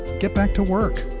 get back to work